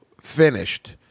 finished